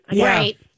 Right